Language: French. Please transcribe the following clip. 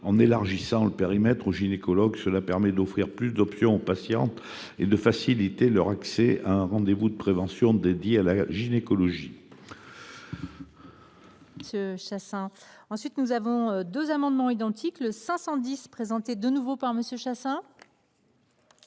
Élargir le périmètre aux gynécologues offrirait plus d’options aux patientes et faciliterait leur accès à un rendez vous de prévention dédié à la gynécologie.